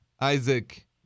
Isaac